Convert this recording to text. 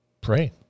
pray